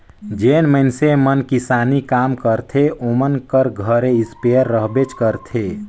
जेन मइनसे मन किसानी काम करथे ओमन कर घरे इस्पेयर रहबेच करथे